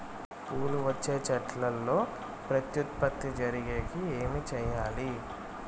పూలు వచ్చే చెట్లల్లో ప్రత్యుత్పత్తి జరిగేకి ఏమి చేయాలి?